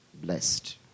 blessed